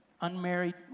unmarried